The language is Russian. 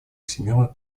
всемирной